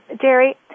Jerry